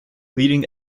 leading